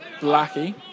Blackie